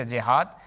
Jihad